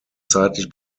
zeitlich